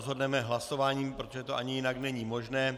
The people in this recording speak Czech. Rozhodneme hlasováním, protože to ani jinak není možné.